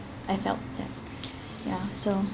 I felt that ya so